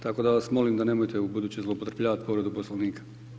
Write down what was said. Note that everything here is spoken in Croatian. Tako da vas molim da nemojte ubuduće zloupotrjebljavati povredu Poslovnika.